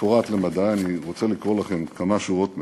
מפורט למדי, אני רוצה לקרוא לכם כמה שורות ממנו.